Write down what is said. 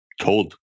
told